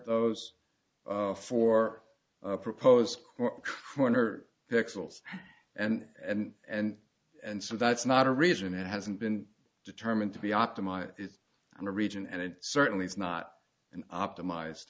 those for propose kroner pixels and and and and so that's not a reason it hasn't been determined to be optimized it's a region and it certainly is not an optimize